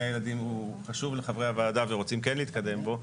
הילדים חשוב לחברי הוועדה ורוצים כן להתקדם בו,